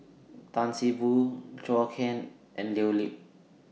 Tan See Boo Zhou Can and Leo Lip